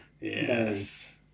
Yes